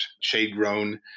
shade-grown